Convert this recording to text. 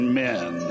men